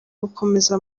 gukomeza